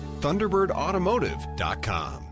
Thunderbirdautomotive.com